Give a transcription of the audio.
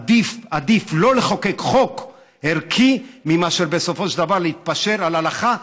עדיף שלא לחוקק חוק ערכי מאשר בסופו של דבר להתפשר על הלכה,